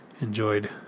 enjoyed